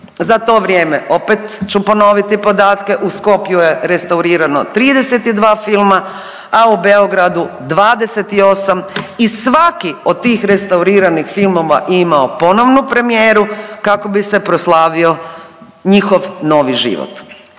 Za to vrijeme opet ću ponoviti podatke u Skoplju je restaurirano 32 filma, a u Beogradu 28 i svaki od tih restauriranih filmova imao ponovnu premijeru kako bi se proslavio njihov novi život.